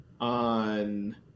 on